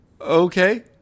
Okay